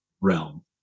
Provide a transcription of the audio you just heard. realm